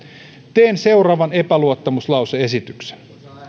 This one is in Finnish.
teen seuraavan epäluottamuslause esityksen